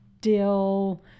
dill